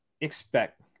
expect